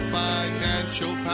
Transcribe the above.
financial